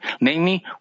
Namely